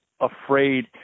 afraid